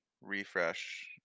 refresh